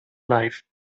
life